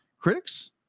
critics